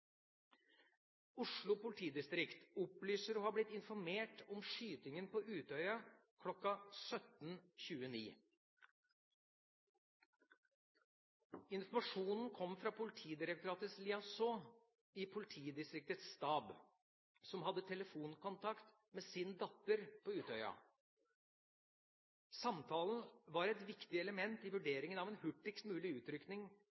Oslo politidistrikt opplyser å ha blitt informert om skytingen på Utøya kl. 17.29. Informasjonen kom fra Politidirektoratets liaison i politidistriktets stab, som hadde telefonkontakt med sin datter på Utøya. Samtalen var et viktig element i